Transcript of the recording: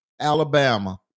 Alabama